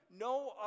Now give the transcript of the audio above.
no